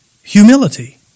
Humility